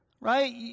right